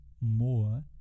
more